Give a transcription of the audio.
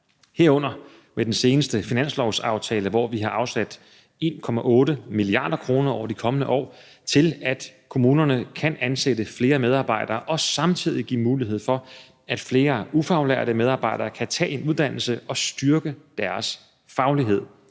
herunder med den seneste finanslovsaftale, hvor vi har afsat 1,8 mia. kr. over de kommende år til, at kommunerne kan ansætte flere medarbejdere og samtidig give mulighed for, at flere ufaglærte medarbejdere kan tage en uddannelse og styrke deres faglighed.